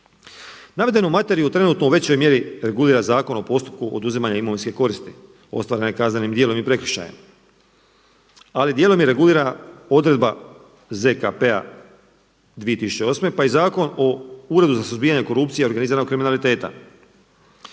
Navedenu materiju trenutno u većoj mjeri regulira Zakon o postupku oduzimanja imovinske koristi ostvarene kaznenim djelom i prekršajem, ali dijelom i regulirana odredba ZKP-a 2008. pa je Zakon o Uredu za suzbijanju korupcije i organiziranog kriminaliteta.